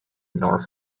north